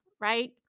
Right